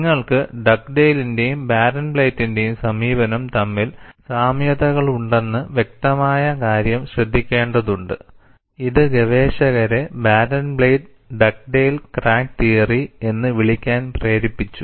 നിങ്ങൾക്ക് ഡഗ്ഡെയ്ലിന്റേയും ബാരൻബ്ലാറ്റിന്റേയും സമീപനം തമ്മിൽ സാമ്യതകളുണ്ടെന്നു വ്യക്തമായകാര്യം ശ്രദ്ധിക്കേണ്ടതുണ്ട് ഇത് ഗവേഷകരെ ബാരൻബ്ലാറ്റ് ഡഗ്ഡേൽ ക്രാക്ക് തിയറി എന്ന് വിളിക്കാൻ പ്രേരിപ്പിച്ചു